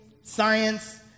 science